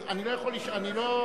אני לא יכול, אני לא,